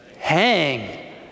Hang